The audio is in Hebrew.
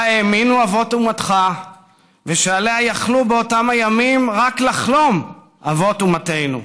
האמינו אבות אומתך ושעליה יכלו רק לחלום באותם הימים אבות אומתנו,